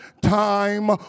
time